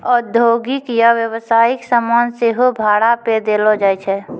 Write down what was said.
औद्योगिक या व्यवसायिक समान सेहो भाड़ा पे देलो जाय छै